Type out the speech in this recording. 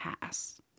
pass